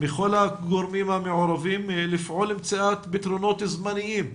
מכל הגורמים המעורבים לפעול למציאת פתרונות זמניים,